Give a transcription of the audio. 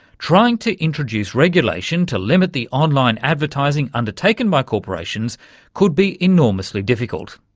trying to introduce regulation to limit the online advertising undertaken by corporations could be enormously difficult.